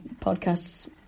podcasts